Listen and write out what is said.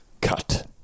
cut